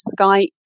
Skype